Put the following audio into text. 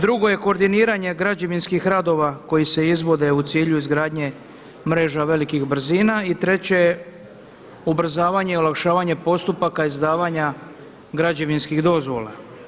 Drugo je koordiniranje građevinskih radova koji se izvode u cilju izgradnje mreža velikih brzina i treće, ubrzavanje i olakšavanje postupaka izdavanja građevinskih dozvola.